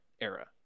era